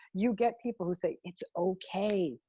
you get people who say it's okay.